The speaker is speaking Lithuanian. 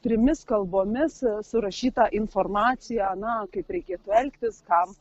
trimis kalbomis surašyta informacija na kaip reikėtų elgtis kam